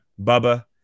Bubba